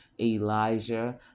elijah